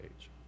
age